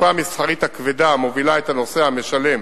התעופה המסחרית הכבדה המובילה את הנוסע המשלם